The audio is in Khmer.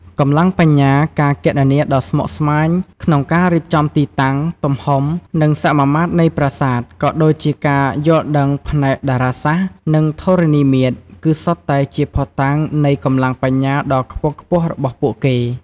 កម្លាំងបញ្ញា ការគណនាដ៏ស្មុគស្មាញក្នុងការរៀបចំទីតាំង ទំហំ និងសមាមាត្រនៃប្រាសាទ ក៏ដូចជាការយល់ដឹងផ្នែកតារាសាស្ត្រ និងធរណីមាត្រ គឺសុទ្ធតែជាភស្តុតាងនៃកម្លាំងបញ្ញាដ៏ខ្ពង់ខ្ពស់របស់ពួកគេ។